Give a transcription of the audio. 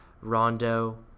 Rondo